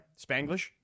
Spanglish